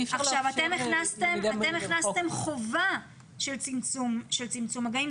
אתם הכנסתם חובה של צמצום מגעים.